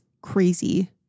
crazy